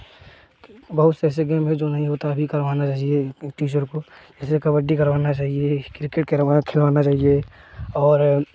बहुत से ऐसे गेम हैं जो नहीं होता है वह भी करवाना चाहिए टीचर को जैसे कबड्डी करवाना चाहिए क्रिकेट खेलवाना चाहिए और